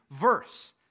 verse